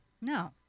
No